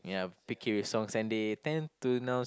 ya picky with songs and they tend to now